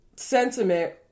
Sentiment